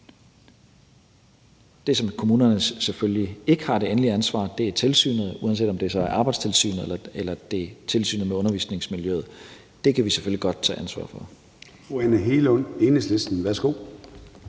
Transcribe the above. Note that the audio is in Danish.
Det, som kommunerne selvfølgelig ikke har det endelige ansvar for, er tilsynet, uanset om det så er Arbejdstilsynet eller det er tilsynet med undervisningsmiljøet. Dét kan vi selvfølgelig godt tage ansvaret for. Kl. 14:26 Formanden (Søren